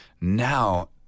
now